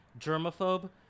germaphobe